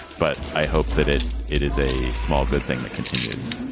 but i hope that it it is a small good thing that continues.